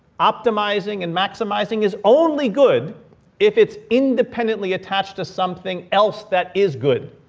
optimizing and maximizing is only good if it's independently attached to something else that is good.